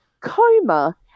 coma